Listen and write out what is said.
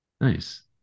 Nice